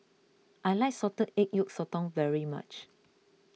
I like Salted Egg Yolk Sotong very much